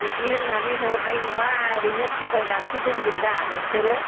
बिदि होननानै हरनाय नङा ओरैनो थगायनानैसो दोनगोन दा नोंसोरो